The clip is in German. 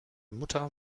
mutter